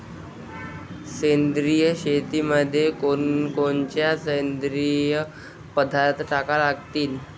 सेंद्रिय शेतीमंदी कोनकोनचे सेंद्रिय पदार्थ टाका लागतीन?